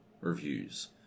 reviews